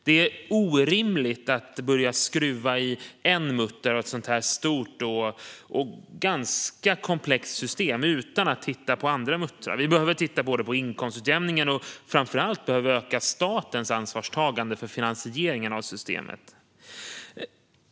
Det är orimligt att börja skruva på en mutter i ett sådant här stort och ganska komplext system utan att titta på andra muttrar. Vi behöver titta på inkomstutjämningen. Framför allt behöver vi öka statens ansvarstagande när det gäller finansieringen av systemet.